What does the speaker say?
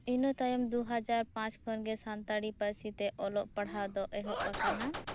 ᱤᱱᱟᱹ ᱛᱟᱭᱚᱢ ᱫᱩ ᱦᱟᱡᱟᱨ ᱯᱟᱸᱪ ᱠᱷᱚᱱ ᱥᱟᱱᱛᱟᱲᱤ ᱯᱟᱹᱨᱥᱤ ᱛᱮ ᱚᱞᱚᱜ ᱯᱟᱲᱦᱟᱣ ᱫᱚ ᱮᱦᱚᱵ ᱟᱠᱟᱱᱟ